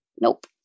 Nope